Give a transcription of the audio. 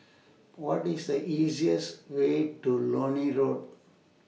What IS The easiest Way to Lornie Road